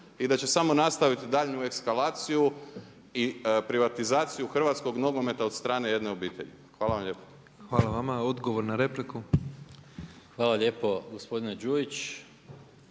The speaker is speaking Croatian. i da će samo nastaviti daljnju eskalaciju i privatizaciju Hrvatskog nogometa od strane jedne obitelji. Hvala vam lijepa. **Petrov, Božo (MOST)** Hvala vama. Odgovor na repliku.